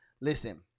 Listen